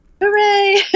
Hooray